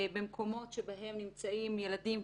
במקומות שבהם נמצאים ילדים,